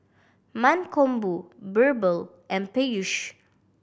Mankombu Birbal and Peyush